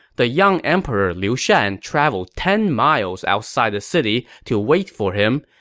the young emperor liu shan traveled ten miles outside the city to wait for him,